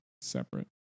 separate